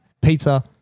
pizza